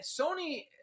Sony